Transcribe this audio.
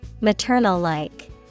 Maternal-like